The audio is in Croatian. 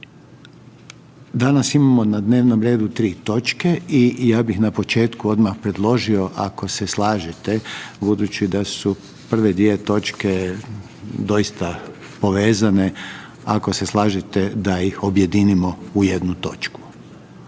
Danas imamo na dnevnom redu 3 točke i ja bih na početku odmah predložio ako se slažete budući da su prve dvije točke doista povezane, ako se slažete da ih objedinimo u jednu točku?